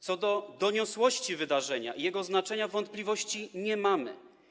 Co do doniosłości wydarzenia i jego znaczenia wątpliwości nie mamy.